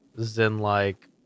Zen-like